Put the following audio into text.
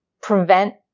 prevent